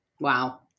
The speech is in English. Wow